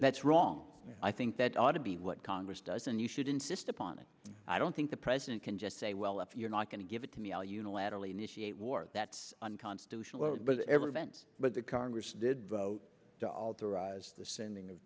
's wrong i think that ought to be what congress does and you should insist upon it i don't think the president can just say well if you're not going to give it to me i'll unilaterally initiate war that's unconstitutional but every bents but the congress did vote to authorize the sending